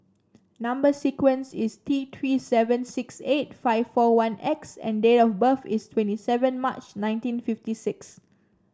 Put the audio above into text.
number sequence is T Three seven six eight five four one X and date of birth is twenty seven March nineteen fifty six